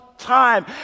time